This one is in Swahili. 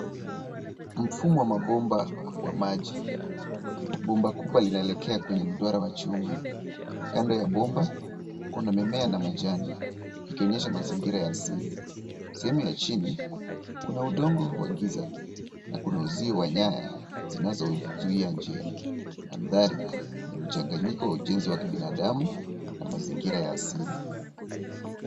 Mfumo wa mabomba wa maji. Bomba kubwa linaelekea kwenye mduara wa chuma, kando ya bomba kuna mimea na majani, ikionyesha mazingira ya asili. Sehemu ya chini kuna udongo wa giza na kuna uzio wa nyaya, zinazozuia njia. Mandhari, ni ya mchanganyiko wa ujenzi wa kibinadamu na mazingira ya asili.